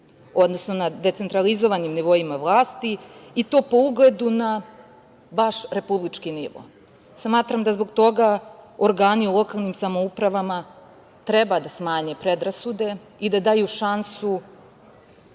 odnosno na decentralizovanim nivoima vlasti i to po ugledu na baš republički nivo. Smatram da zbog toga organi u lokalnim samoupravama treba da smanje predrasude i da daju šansu